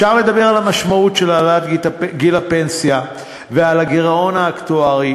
אפשר לדבר על המשמעות של העלאת גיל הפנסיה ועל הגירעון האקטוארי,